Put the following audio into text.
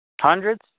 Hundreds